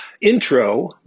intro